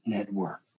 Network